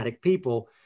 people